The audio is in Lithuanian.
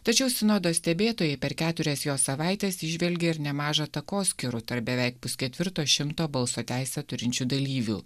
tačiau sinodo stebėtojai per keturias jo savaites įžvelgia ir nemaža takoskyrų tarp beveik pusketvirto šimto balso teisę turinčių dalyvių